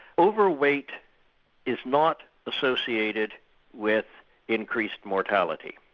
overweight is not associated with increased mortality.